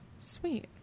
sweet